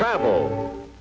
travel